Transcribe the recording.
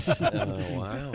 wow